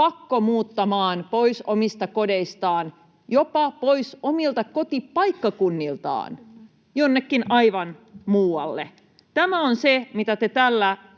pakkomuuttamaan pois omista kodeistaan, jopa pois omilta kotipaikkakunniltaan jonnekin aivan muualle. Tämä on se, mitä te tällä